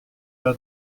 tas